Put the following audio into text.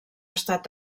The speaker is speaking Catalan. estat